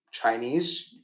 Chinese